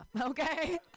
okay